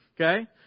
Okay